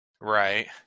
right